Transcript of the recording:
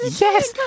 yes